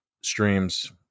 streams